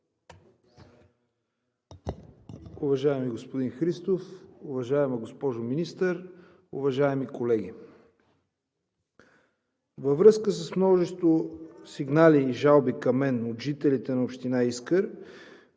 Уважаеми господин Христов, уважаема госпожо Министър, уважаеми колеги! Във връзка с множество сигнали и жалби към мен от жителите на община Искър